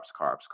carbs